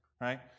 Right